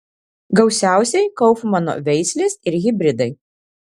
gausiausiai kaufmano veislės ir hibridai